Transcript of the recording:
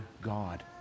God